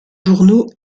journaux